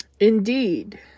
Indeed